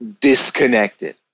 disconnected